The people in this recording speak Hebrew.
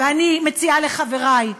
אני מציעה לחברי,